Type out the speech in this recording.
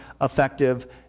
effective